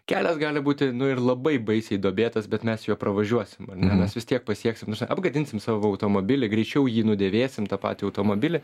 kelias gali būti nu ir labai baisiai duobėtas bet mes juo pravažiuosim ar ne mes vis tiek pasieksim ta prasme apgadinsim savo automobilį greičiau jį nudėvėsim tą patį automobilį